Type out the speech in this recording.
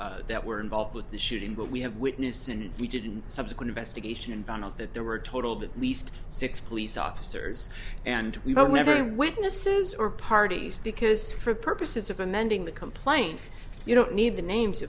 officers that were involved with the shooting but we have witness and we didn't subsequent investigation found out that there were a total of at least six police officers and we were never witnesses or parties because for purposes of amending the complaint you don't need the names